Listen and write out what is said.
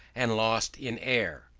and lost in air.